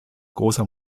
großer